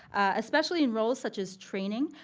especially in roles such as training,